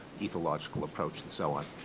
ethological approach, and so on.